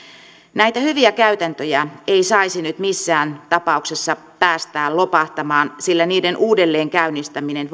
näitä hyviä käytäntöjä ei saisi nyt missään tapauksessa päästää lopahtamaan sillä niiden uudelleenkäynnistäminen